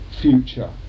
future